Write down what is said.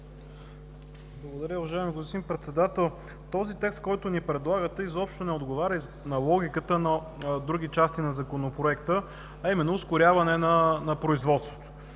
Благодаря Ви, уважаеми господин Председател. Този текст, който ни предлагате, изобщо не отговаря на логиката на други части на Законопроекта, а именно ускоряване на производството.